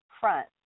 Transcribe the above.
Front